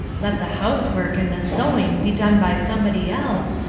let the housework and the sewing be done by somebody else,